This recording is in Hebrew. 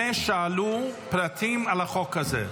הרבה שאלו פרטים על החוק הזה.